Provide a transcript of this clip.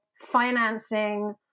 financing